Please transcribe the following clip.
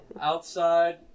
Outside